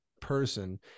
person